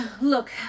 Look